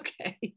okay